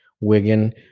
Wigan